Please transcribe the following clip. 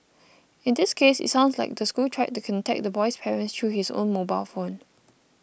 in this case it sounds like the school tried to contact the boy's parents through his own mobile phone